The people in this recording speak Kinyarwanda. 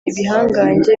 ibihangange